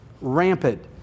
rampant